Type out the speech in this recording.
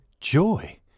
joy